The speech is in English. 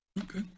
Okay